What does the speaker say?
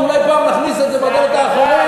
כי אולי פעם נכניס את זה בדלת האחורית?